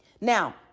Now